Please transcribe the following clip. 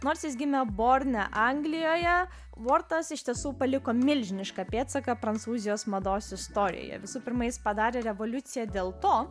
nors jis gimė borne anglijoje vortas iš tiesų paliko milžinišką pėdsaką prancūzijos mados istorijoje visų pirma jis padarė revoliuciją dėl to